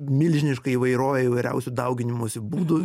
milžinišką įvairovę įvairiausių dauginimosi būdų